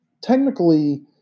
technically